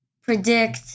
predict